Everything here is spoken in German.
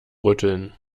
rütteln